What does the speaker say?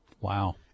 Wow